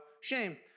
shame